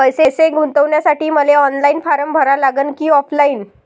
पैसे गुंतन्यासाठी मले ऑनलाईन फारम भरा लागन की ऑफलाईन?